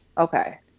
okay